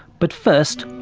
but first,